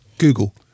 Google